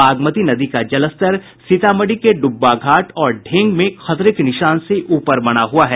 बागमती नदी का जलस्तर सीतामढ़ी के डुब्बाघाट और ढेंग में खतरे के निशान से ऊपर बना हुआ है